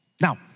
Now